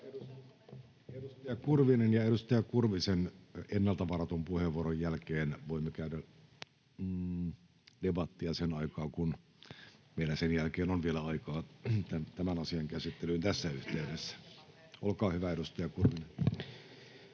Edustaja Kurvinen, ja edustaja Kurvisen ennalta varatun puheenvuoron jälkeen voimme käydä debattia sen aikaa kun sen jälkeen on vielä aikaa tämän asian käsittelyyn tässä yhteydessä. — Olkaa hyvä, edustaja Kurvinen.